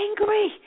angry